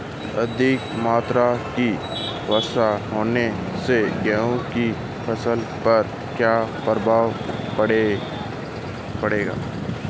अधिक मात्रा की वर्षा होने से गेहूँ की फसल पर क्या प्रभाव पड़ेगा?